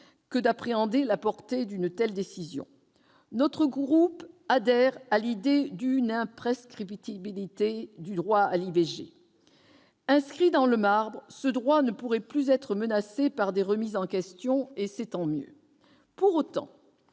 que d'appréhender la portée d'une telle décision. Mon groupe adhère à l'idée d'une imprescriptibilité du droit à l'IVG. Inscrit dans le marbre, ce droit ne pourrait plus être menacé par des remises en question, et ce serait tant mieux. Pour autant,